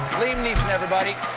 liam neeson, everybody!